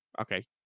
Okay